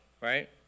right